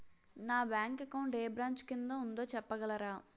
నా bank account ఏ branch కిందా ఉందో చెప్పగలరా?